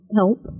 help